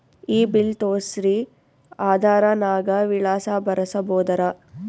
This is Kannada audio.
ಈ ಬಿಲ್ ತೋಸ್ರಿ ಆಧಾರ ನಾಗ ವಿಳಾಸ ಬರಸಬೋದರ?